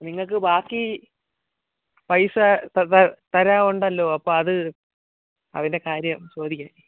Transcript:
നിങ്ങൾക്ക് ബാക്കി പൈസ തരാൻ ഉണ്ടല്ലോ അപ്പം അത് അതിന്റെ കാര്യം ചോദിക്കാൻ